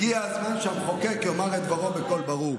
הגיע הזמן שהמחוקק יאמר את דברו בקול ברור.